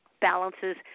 balances